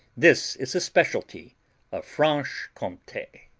this is a specialty of franche-comte.